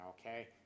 okay